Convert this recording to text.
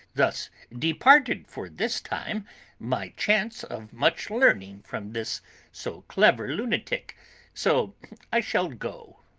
thus departed for this time my chance of much learning from this so clever lunatic so i shall go,